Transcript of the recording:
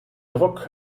druck